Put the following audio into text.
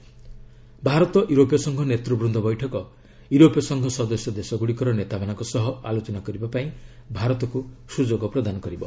'ଭାରତ ୟୁରୋପୀୟ ସଂଘ ନେତୃବୃନ୍ଦ ବୈଠକ' ୟୁରୋପୀୟ ସଂଘ ସଦସ୍ୟ ଦେଶଗୁଡ଼ିକର ନେତାମାନଙ୍କ ସହ ଆଲୋଚନା କରିବା ପାଇଁ ସୁଯୋଗ ପ୍ରଦାନ କରିବ